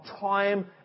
time